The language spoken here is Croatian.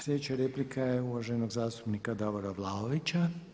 Sljedeća replika je uvaženog zastupnika Davora Vlaovića.